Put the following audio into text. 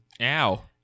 Ow